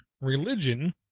religion